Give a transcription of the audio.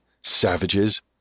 savages